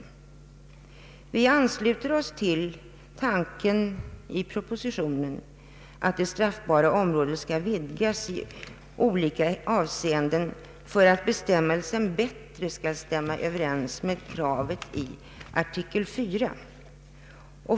Ustkottsmajoriteten ansluter sig till tanken i propositionen att det straffbara området bör vidgas i olika avseenden för att bestämmelsen bättre skall stämma överens med kravet i artikel 4.